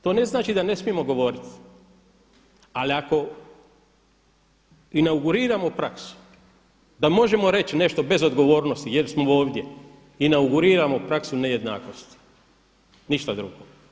To ne znači da ne smijemo govoriti, ali ako inauguriramo praksu da možemo reći nešto bez odgovornosti jer smo ovdje, inauguriramo praksu nejednakosti, ništa drugo.